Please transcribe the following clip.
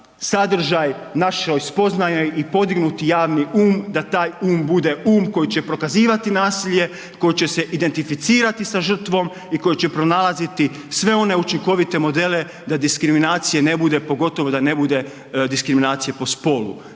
sadržaj našoj spoznaji i podignuti javni um da taj um bude um koji će prokazivati nasilje, koji će se identificirati sa žrtvom i koji će pronalaziti sve one učinkovite modele da diskriminacije ne bude, pogotovo da ne bude diskriminacije po spolu.